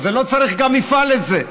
אז לא צריך גם מפעל לזה,